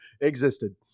existed